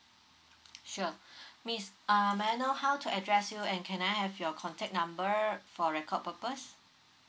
sure miss uh may I know how to address you and can I have your contact number for record purpose